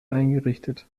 eingerichtet